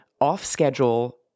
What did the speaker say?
off-schedule